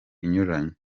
inyuranye